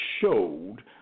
showed